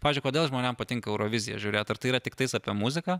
pavyzdžiui kodėl žmonėm patinka euroviziją žiūrėt ar tai yra tiktais apie muziką